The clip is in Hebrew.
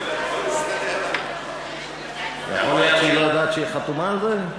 את אומרת שהיא לא יודעת שהיא חתומה על זה?